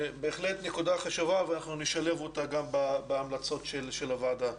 בהחלט נקודה חשובה ואנחנו נשלב אותה גם בהמלצות של הוועדה.